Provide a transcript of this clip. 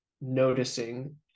noticing